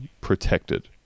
protected